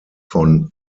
von